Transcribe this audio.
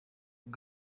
uyu